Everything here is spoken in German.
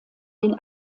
den